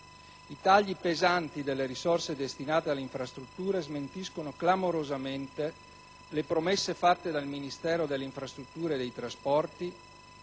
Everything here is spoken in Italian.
I tagli pesanti delle risorse destinate alle infrastrutture smentiscono clamorosamente le promesse fatte dal Ministero delle infrastrutture e dei trasporti